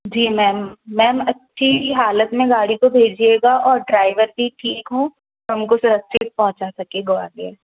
जी ma'am ma'am अच्छी हालत में गाड़ी को भेजिएगा और ड्राइवर भी ठीक हों हमको सुरक्षित पहुँचा सके ग्वालियर